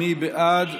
מי בעד?